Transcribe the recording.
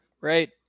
right